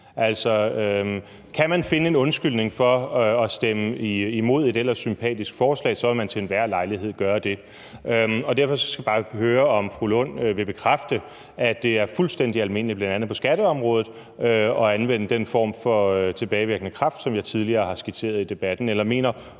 Kan man finde en undskyldning for at stemme imod et ellers sympatisk forslag, vil man til enhver lejlighed gøre det. Derfor vil jeg bare lige høre, om fru Rosa Lund vil bekræfte, at det er fuldstændig almindeligt, bl.a. på skatteområdet, at anvende den form for tilbagevirkende kraft, som jeg tidligere har skitseret i debatten. Eller mener